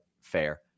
fair